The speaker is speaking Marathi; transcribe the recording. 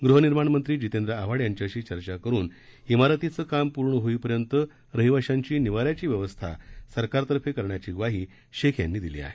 गृहनिर्माणमंत्री जितेंद्र आव्हाड यांच्याशी चर्चा करुन इमारतीचं काम पूर्ण होईपर्यंत रहिवाशांची निवाऱ्याची व्यवस्था सरकारतर्फे करण्याची ग्वाही शेख यांनी दिली आहे